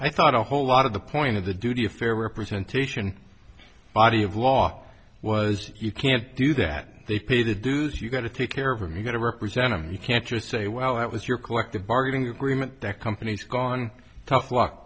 i thought a whole lot of the point of the duty of fair representation body of law was you can't do that they pay the dues you got to take care for me going to represent him you can't just say well that was your collective bargaining agreement that companies gone tough luck